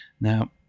Now